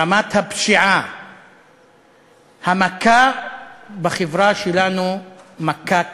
רמת הפשיעה המכה בחברה שלנו מכה קשה,